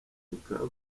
bukaba